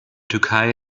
türkei